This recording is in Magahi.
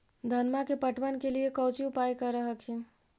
धनमा के पटबन के लिये कौची उपाय कर हखिन?